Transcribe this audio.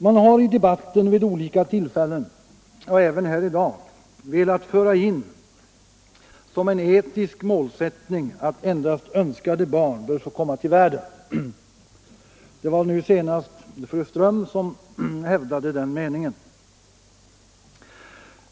Man har vid olika tillfällen i denna debatt, även här i dag, som en etisk målsättning velat föra in att endast önskade barn bör få komma till världen. Det var fru Ström som senast hävdade den meningen.